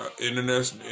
internet